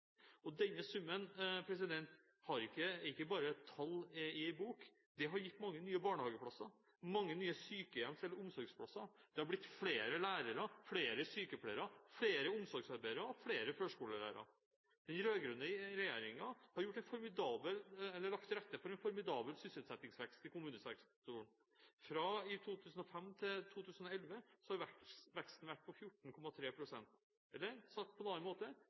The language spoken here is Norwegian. sum. Denne summen er ikke bare tall i en bok, men den har gitt mange nye barnehageplasser og mange nye sykehjems- eller omsorgsplasser. Det har blitt flere lærere, sykepleiere, omsorgsarbeidere og førskolelærere. Den rød-grønne regjeringen har lagt til en rette for formidabel sysselsettingsvekst i kommunesektoren. Fra 2005 til 2011 har veksten vært på 14,3 pst., eller sagt på en annen måte: